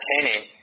attaining